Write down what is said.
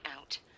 out